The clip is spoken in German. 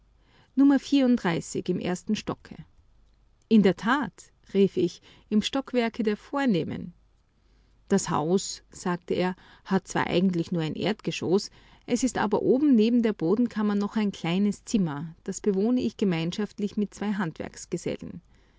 nummer im ersten stocke in der tat rief ich im stockwerke der vornehmen das haus sagte er hat zwar eigentlich nur ein erdgeschoß es ist aber oben neben der bodenkammer noch ein kleines zimmer das bewohne ich gemeinschaftlich mit zwei handwerksgesellen